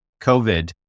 COVID